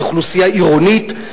היא אוכלוסייה עירונית,